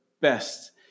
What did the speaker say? best